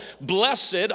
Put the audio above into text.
blessed